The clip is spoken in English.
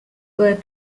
were